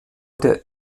der